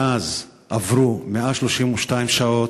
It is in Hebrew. מאז עברו 132 שעות,